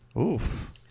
Oof